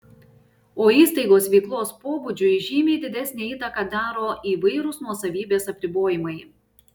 o įstaigos veiklos pobūdžiui žymiai didesnę įtaką daro įvairūs nuosavybės apribojimai